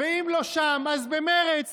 ואם לא שם אז במרצ,